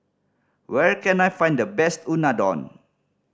where can I find the best Unadon